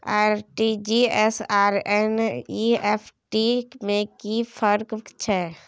RTG S आर NEFT में कि फर्क छै?